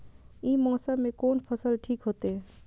ई मौसम में कोन फसल ठीक होते?